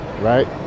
right